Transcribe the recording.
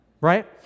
right